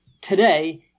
today